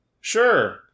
sure